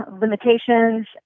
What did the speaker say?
limitations